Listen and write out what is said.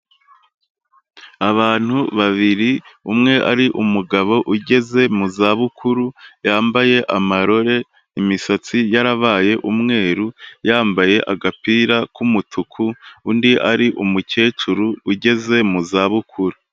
Abantu babiri, umwe ari umugabo ugeze mu zabukuru yambaye amarore, imisatsi yarabaye umweru, yambaye agapira k'umutuku undi ari umukecuru ugeze mu zabukuru.